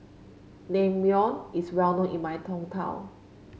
naengmyeon is well known in my hometown